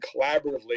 collaboratively